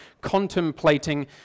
contemplating